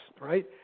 Right